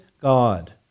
God